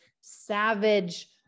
savage